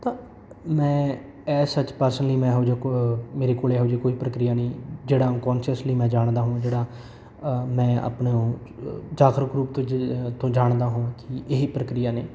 ਤਾਂ ਮੈਂ ਇਹ ਸੱਚ ਪਰਸਨਲੀ ਮੈਂ ਇਹੋ ਜਿਹਾ ਕ ਮੇਰੇ ਕੋਲ ਇਹੋ ਜਿਹੀ ਕੋਈ ਪ੍ਰਕਿਰਿਆ ਨਹੀਂ ਜਿਹੜਾ ਅਨਕੋਨਸ਼ੀਅਸ਼ਲੀ ਮੈਂ ਜਾਣਦਾ ਹੋਵਾਂ ਜਿਹੜਾ ਮੈਂ ਆਪਣੇ ਜਾਖਰ ਗਰੁੱਪ ਤੋਂ ਜ ਤੋਂ ਜਾਣਦਾ ਹੋਵਾਂ ਕਿ ਇਹੀ ਪ੍ਰਕਿਰਿਆ ਨੇ